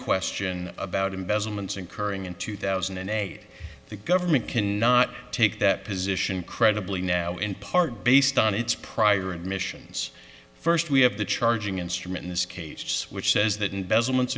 question about embezzlement incurring in two thousand and eight the government can not take that position credibly now in part based on its prior admissions first we have the charging instrument in this case which says that investments